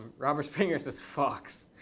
robert springer says, fox.